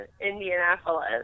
Indianapolis